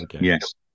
yes